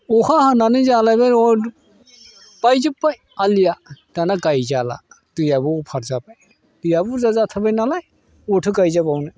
अखा हानानै जालायबाय हनै बायजोबबाय आलिया दाना गायजाला दैयाबो अभार जाबाय दैयाबो बुरजा जाथारबायनालाय अबावथो गायजाबावनो